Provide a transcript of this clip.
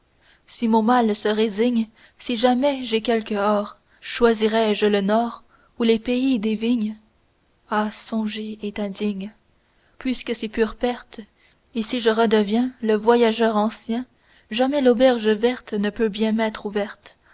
si mon mal se résigne si jamais j'ai quelque or choisirai je le nord ou les pays des vignes ah songer est indigne puisque c'est pure perte et si je redeviens le voyageur ancien jamais l'auberge verte ne peut bien m'être ouverte